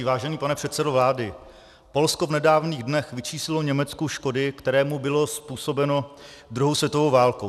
Vážený pane předsedo vlády, Polsko v nedávných dnech vyčíslilo Německu škody, které mu byly způsobeny druhou světovou válkou.